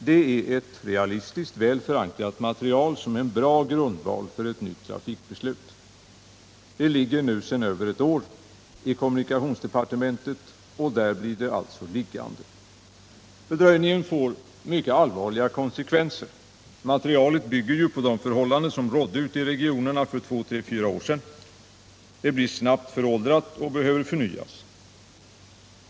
Det är ett realistiskt väl förankrat material som är en bra grundval för ett nytt trafikbeslut. Det ligger nu sedan över ett år i kommunikationsdepartementet, och där blir det alltså liggande. Fördröjningen får mycket allvarliga konsekvenser. Materialet bygger på de förhållanden som rådde ute i regionerna för 2-3-4 år sedan. Det blir snabbt föråldrat och behöver förnyas.